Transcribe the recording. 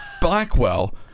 Blackwell